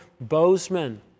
Bozeman